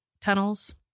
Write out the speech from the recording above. tunnels